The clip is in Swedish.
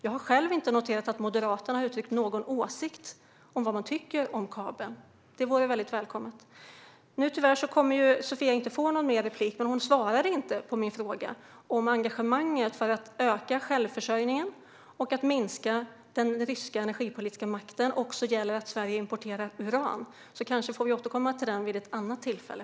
Jag har inte noterat att Moderaterna uttryckt någon åsikt om vad man tycker om kabeln, men det vore väldigt välkommet. Nu har tyvärr Sofia inte någon mer replik, men hon svarade inte på min fråga om engagemanget för att öka självförsörjningen och minska den ryska energipolitiska makten. Detta handlar också om att Sverige importerar uran. Kanske får vi återkomma till detta vid ett annat tillfälle.